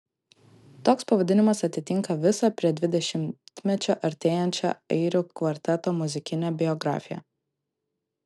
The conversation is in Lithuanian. toks pavadinimas atitinka visą prie dvidešimtmečio artėjančią airių kvarteto muzikinę biografiją